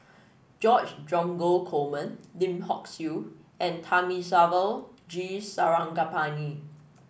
George Dromgold Coleman Lim Hock Siew and Thamizhavel G Sarangapani